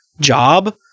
job